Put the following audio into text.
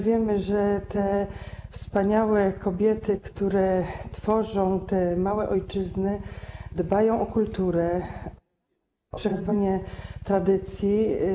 Wiemy, że te wspaniałe kobiety, które tworzą te małe ojczyzny, dbają o kulturę i szerzenie tradycji.